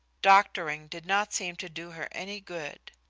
doctoring did not seem to do her any good.